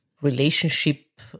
relationship